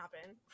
happen